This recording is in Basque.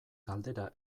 galdera